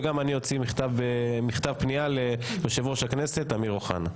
וגם אני אוציא מכתב פנייה ליושב-ראש הכנסת אמיר אוחנה.